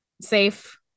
safe